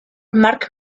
mark